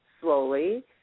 slowly